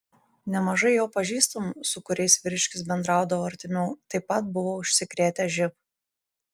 nemažai jo pažįstamų su kuriais vyriškis bendraudavo artimiau taip pat buvo užsikrėtę živ